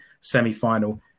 semi-final